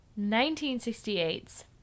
1968's